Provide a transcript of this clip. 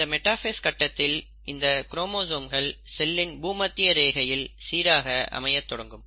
இந்த மெடாஃபேஸ் கட்டத்தில் இந்த குரோமோசோம்கள் செல்லின் பூமத்திய ரேகையில் சீராக அமைய தொடங்கும்